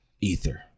Ether